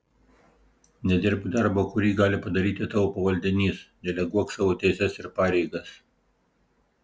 nedirbk darbo kurį gali padaryti tavo pavaldinys deleguok savo teises ir pareigas